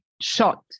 shot